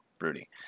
Rudy